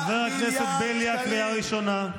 חבר הכנסת בליאק, קריאה ראשונה.